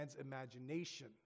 imagination